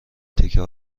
تکه